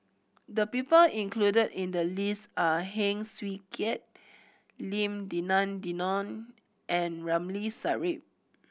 the people included in the list are Heng Swee Keat Lim Denan Denon and Ramli Sarip